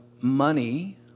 money